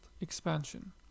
expansion